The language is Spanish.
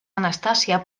anastasia